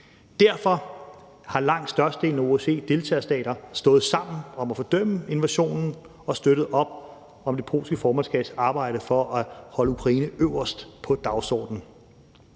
Derfor har langt størstedelen af OSCE's deltagerstater stået sammen om at fordømme invasionen og støttet op om det polske formandskabs arbejde for at holde Ukraine øverst på dagsordenen.